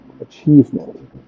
achievement